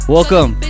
Welcome